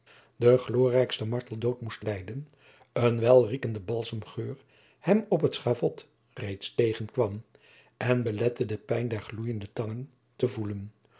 den glorierijksten marteldood moest lijden een welriekende balsemgeur hem op het schavot reeds tegenkwam en belette de pijn der gloeiende tangen te voelen